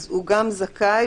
הוא גם זכאי